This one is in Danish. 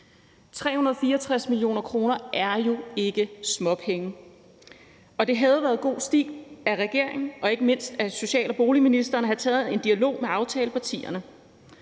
364 mio. kr. er jo ikke småpenge, og det havde været god stil af regeringen og ikke mindst af social- og boligministeren at have taget en dialog med aftalepartierne.